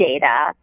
data